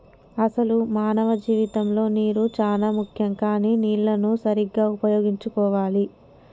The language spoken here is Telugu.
అసలు మానవ జీవితంలో నీరు చానా ముఖ్యం కానీ నీళ్లన్ను సరీగ్గా ఉపయోగించుకోవాలి